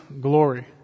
glory